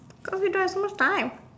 but we don't have so much time